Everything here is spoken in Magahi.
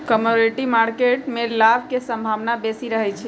कमोडिटी मार्केट में लाभ के संभावना बेशी रहइ छै